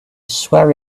swear